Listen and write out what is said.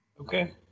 Okay